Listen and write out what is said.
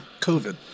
COVID